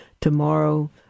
Tomorrow